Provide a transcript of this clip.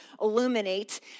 Illuminate